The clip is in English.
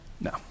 No